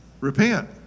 Repent